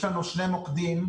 יש לנו שני מוקדים,